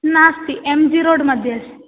नास्ति M G रोड्मध्ये अस्ति